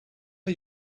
are